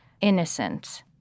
innocent